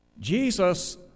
Jesus